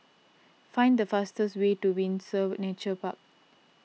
find the fastest way to Windsor Nature Park